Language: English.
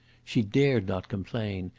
she dared not complain.